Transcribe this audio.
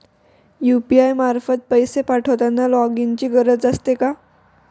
UPI मार्फत पैसे पाठवताना लॉगइनची गरज असते का?